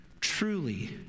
truly